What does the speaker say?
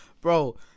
Bro